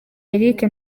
eric